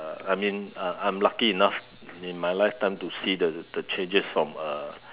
I mean uh I'm lucky enough in my lifetime to see the the changes from a